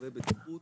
צווי בטיחות,